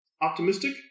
optimistic